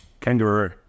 Kangaroo